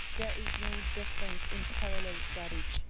there is no difference in parallel studies.